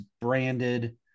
branded